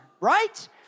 right